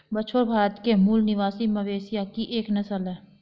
बछौर भारत के मूल निवासी मवेशियों की एक नस्ल है